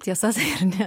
tiesa tai ar ne